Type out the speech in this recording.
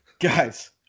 guys